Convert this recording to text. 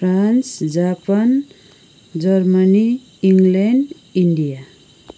France Japan Germany England India